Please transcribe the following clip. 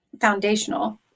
foundational